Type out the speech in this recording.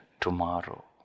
tomorrow